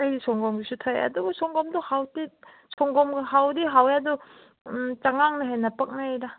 ꯑꯩꯗꯤ ꯁꯪꯒꯣꯝꯒꯤꯁꯨ ꯊꯛꯑꯦ ꯑꯗꯨꯕꯨ ꯁꯪꯒꯣꯝꯗꯣ ꯍꯥꯎꯇꯦ ꯁꯪꯒꯣꯝꯒ ꯍꯥꯎꯗꯤ ꯍꯥꯎꯋꯦ ꯑꯗꯨ ꯆꯉꯥꯡꯅ ꯍꯦꯟꯅ ꯄꯛꯅꯩꯗ